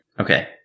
Okay